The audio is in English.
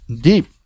deep